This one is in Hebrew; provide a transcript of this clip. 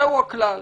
זהו הכלל.